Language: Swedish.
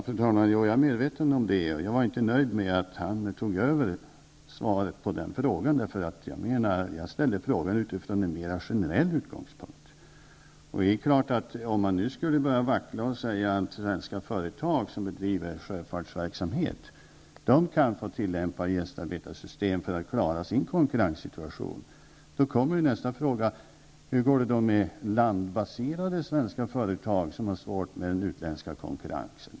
Fru talman! Jag är medveten om detta. Jag var inte nöjd med att kommunikationsministern tog över svaret på den frågan, eftersom jag ställde frågan utifrån en mer generell utgångspunkt. Om man nu skulle börja vackla och säga att svenska företag som bedriver sjöfartsverksamhet kan få tillämpa gästarbetarsystem för att klara sin konkurrenssituation, blir nästa fråga: Hur går det då med landbaserade svenska företag som har svårt med den utländska konkurrensen?